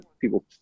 people